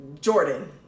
Jordan